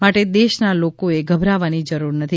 માટે દેશના લોકોએ ગભરાવાની જરૂર નથી